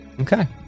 Okay